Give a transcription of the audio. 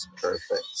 Perfect